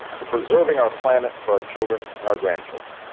to preserving our planet for our children and our grandchildren.